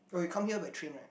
oh you come here by train right